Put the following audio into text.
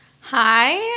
Hi